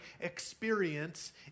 experience